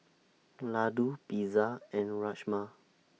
Ladoo Pizza and Rajma